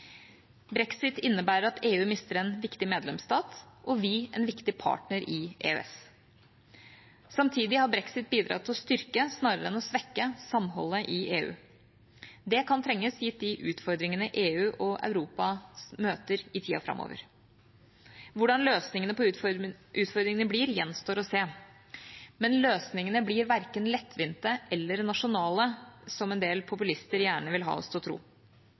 Brexit innebærer at EU mister en viktig medlemsstat og vi en viktig partner i EØS. Samtidig har brexit bidratt til å styrke, snarere enn å svekke, samholdet i EU. Det kan trenges gitt de utfordringene EU og Europa møter i tida framover. Hvordan løsningene på utfordringene blir, gjenstår å se. Men løsningene blir verken lettvinte eller nasjonale, slik en del populister gjerne vil ha oss til å tro.